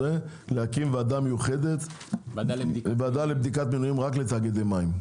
להקים ועדה לבדיקת מינויים רק לתאגידי מים.